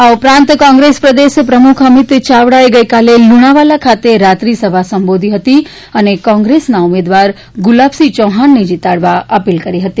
આ ઉપરાંત કોંગ્રેસ પ્રદેશ પ્રમુખ અમિત ચાવડાએ ગઈકાલે લુણાવાડા ખાતે રાત્રિસભા સંબોધી હતી અને કોંગ્રેસના ઉમેદવાર ગુલાબસિંફ ચૌફાણને જીતાડવા અપીલ કરી ફતી